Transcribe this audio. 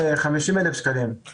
במהלך השנים האלה הגידול לא היה רק במספר